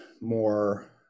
more